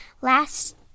last